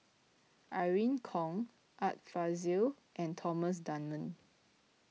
Irene Khong Art Fazil and Thomas Dunman